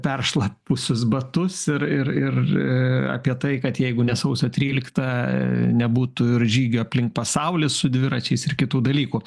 peršlapusius batus ir ir ir apie tai kad jeigu ne sausio trylikta nebūtų ir žygio aplink pasaulį su dviračiais ir kitų dalykų